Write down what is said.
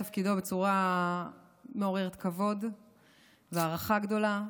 תפקידו בצורה מעוררת כבוד והערכה גדולה.